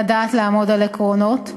לדעת לעמוד על עקרונות,